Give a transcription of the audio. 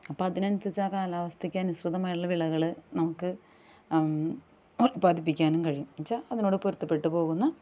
അപ്പം അതിന് അനുസരിച്ചാണ് കാലാവസ്ഥയ്ക്ക് അനുസൃതമായ വിളകൾ നമുക്ക് ഉൽപ്പാദിപ്പിക്കാനും കഴിയും എന്ന് വെച്ചാൽ അതിനോട് പൊരുത്തപ്പെട്ട് പോകുന്ന